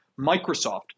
Microsoft